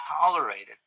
tolerated